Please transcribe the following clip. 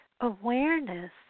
awareness